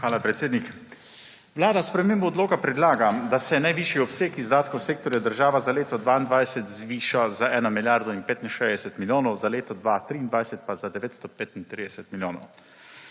Hvala, predsednik. Vlada s spremembo odloka predlaga, da se najvišji obseg izdatkov sektorja država za leto 2022 zviša za eno milijardo in 65 milijonov, za leto 2023 pa za 935 milijonov.